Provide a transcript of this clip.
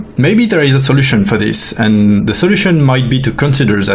maybe there is a solution for this and the solution might be to consider that